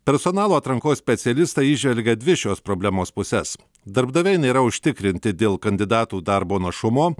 personalo atrankos specialistai įžvelgia dvi šios problemos puses darbdaviai nėra užtikrinti dėl kandidatų darbo našumo